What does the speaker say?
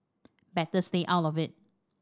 better stay out of it